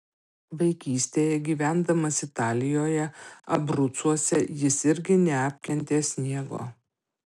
vaikystėje gyvendamas italijoje abrucuose jis irgi neapkentė sniego